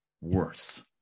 worse